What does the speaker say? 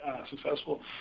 successful